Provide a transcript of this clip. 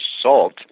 salt